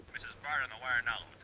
mrs. bard on the wire now,